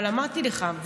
אבל אמרתי לך,